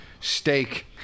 steak